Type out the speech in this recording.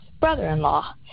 brother-in-law